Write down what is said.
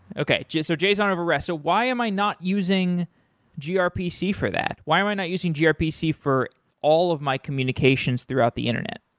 okay. so json over rest. why am i not using grpc for that? why am i not using grpc for all of my communications throughout the internet?